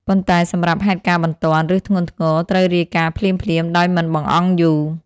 ប៉ុន្តែសម្រាប់ហេតុការណ៍បន្ទាន់ ឬធ្ងន់ធ្ងរ ត្រូវរាយការណ៍ភ្លាមៗ ដោយមិនបង្អង់យូរ។